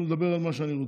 או לדבר על מה שאני רוצה?